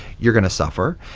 you're going to suffer.